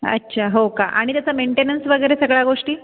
अच्छा हो का आणि त्याचा मेंटेनन्स वगैरे सगळ्या गोष्टी